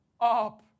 up